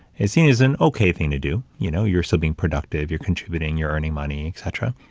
is seen as an okay thing to do, you know, you're still being productive, you're contributing, you're earning money, etc.